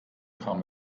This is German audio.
kam